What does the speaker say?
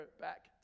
back